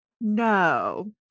no